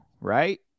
right